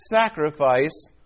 sacrifice